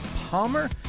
Palmer